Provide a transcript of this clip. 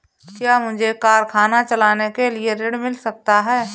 क्या मुझे कारखाना चलाने के लिए ऋण मिल सकता है?